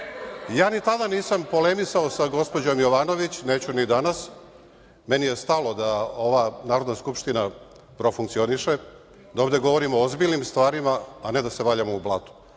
ni tada nisam polemisao sa gospođom Jovanović, neću ni danas. meni je stalo da ova Narodna skupština profunkcioniše, da ovde govorimo o ozbiljnim stvarima, a ne da se valjamo u blatu.